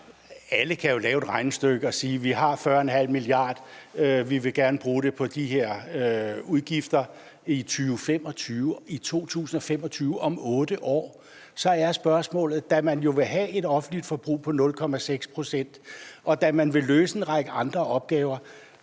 Alle kan jo lave et regnestykke og sige: Vi har 40½ mia. kr., og vi vil gerne bruge dem på de her udgifter i 2025 – i 2025, om 8 år! Så er spørgsmålet, da man jo vil have en vækst i det offentlige forbrug på 0,6 pct., og da man vil løse en række andre opgaver,